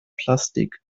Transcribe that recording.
plastik